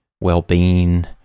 well-being